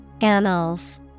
Annals